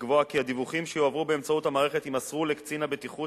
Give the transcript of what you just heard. לקבוע כי הדיווחים שיועברו באמצעות המערכת יימסרו לקצין הבטיחות